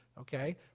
okay